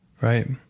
Right